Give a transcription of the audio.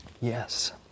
Yes